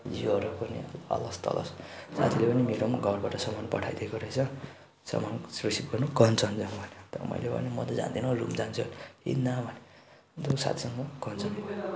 जिउहरू पनि अलसतलस साथीले पनि मेरो पनि घरबाट सामान पठाइदिएको रहेछ सामान रिसिभ गर्नु कञ्चनजङ्घा अरे अन्त मैले भनेँ म त जादिनँ रुम जान्छु भनेँ हिँड्न भन्यो अन्त साथीसँग कञ्चनजङ्घा गएँ